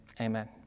amen